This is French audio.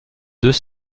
deux